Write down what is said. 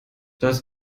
das